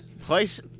Place